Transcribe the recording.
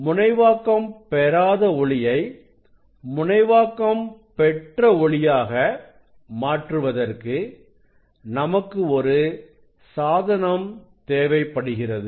முனைவாக்கம் பெறாத ஒளியை முனைவாக்கம் பெற்ற ஒளியாக மாற்றுவதற்கு நமக்கு ஒரு சாதனம் தேவைப்படுகிறது